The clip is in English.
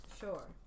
sure